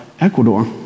Ecuador